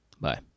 Bye